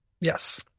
Yes